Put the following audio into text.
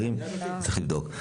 צריך לבדוק את הדברים,